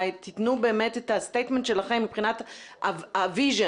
תתנו את ההצהרה שלכם מבחינת הוויז'ן.